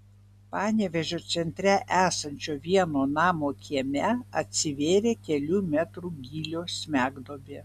panevėžio centre esančio vieno namo kieme atsivėrė kelių metrų gylio smegduobė